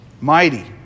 Mighty